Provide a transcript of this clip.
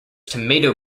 tomato